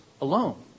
alone